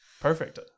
Perfect